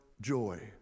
joy